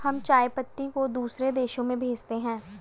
हम चाय पत्ती को दूसरे देशों में भेजते हैं